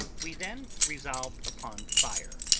we then resolved upon fire,